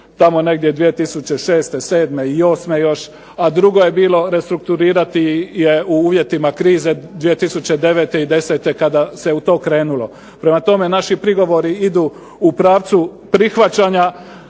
tamo negdje 2006., sedme i osme još a drugo je bilo restrukturirati je u uvjetima krize 2009. i desete kada se u to krenulo. Prema tome, naši prigovori idu u pravcu prihvaćanja